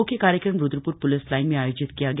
म्ख्य कार्यक्रम रूद्रप्र प्लिस लाइन में आयोजित किया गया